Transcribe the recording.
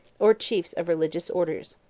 or chiefs of religious orders.